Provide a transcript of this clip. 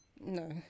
No